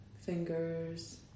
fingers